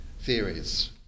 theories